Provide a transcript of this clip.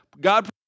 God